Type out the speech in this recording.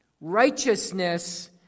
Righteousness